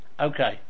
Okay